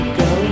go